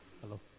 hello